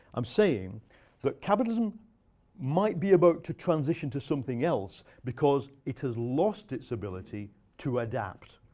i'm saying that capitalism might be about to transition to something else because it has lost its ability to adapt.